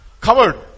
covered